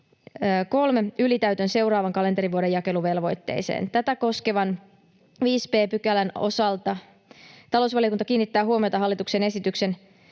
2023 ylitäytön seuraavan kalenterivuoden jakeluvelvoitteeseen. Tätä koskevan 5 b §:n osalta talousvaliokunta kiinnittää huomiota hallituksen esityksen